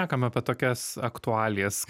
niekam apie tokias aktualijas